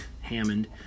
Hammond